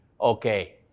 okay